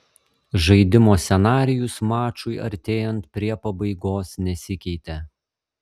žaidimo scenarijus mačui artėjant prie pabaigos nesikeitė